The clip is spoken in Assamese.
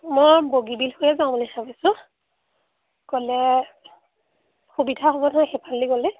মই বগীবিল হৈ যাওঁ বুলি ভাবিছোঁ গ'লে সুবিধা হ'ব নহয় সেইফালেদি গ'লে